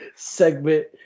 segment